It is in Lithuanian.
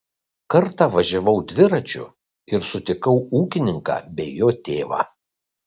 kartą važiavau dviračiu ir sutikau ūkininką bei jo tėvą